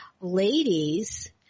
ladies